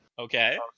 Okay